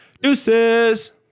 Deuces